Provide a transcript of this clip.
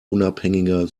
unabhängiger